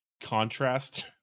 contrast